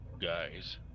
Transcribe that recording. guys